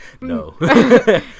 no